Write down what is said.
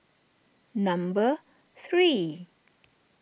number three